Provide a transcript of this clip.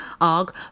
Arg